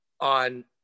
on